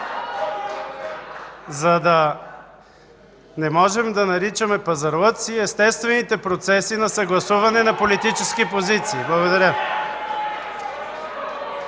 за да не можем да наричаме пазарлъци естествените процеси на съгласуване на политически позиции. Благодаря.